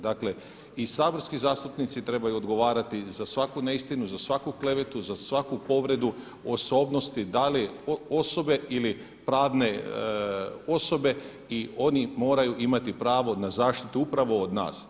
Dakle i saborski zastupnici trebaju odgovarati za svaku neistinu, za svaku klevetu, za svaku povredu osobnosti da li osobe ili pravne osobe i oni moraju imati pravo na zaštitu upravo od nas.